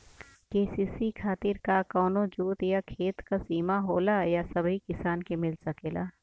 KCC खातिर का कवनो जोत या खेत क सिमा होला या सबही किसान के मिल सकेला?